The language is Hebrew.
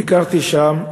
ביקרתי שם,